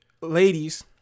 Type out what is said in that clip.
Ladies